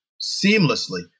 seamlessly